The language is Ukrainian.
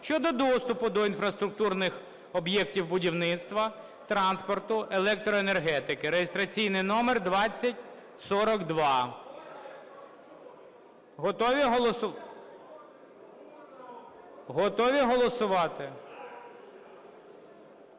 щодо доступу до інфраструктурних об'єктів будівництва, транспорту, електроенергетики (реєстраційний номер 2042). Готові голосувати? Прошу підтримати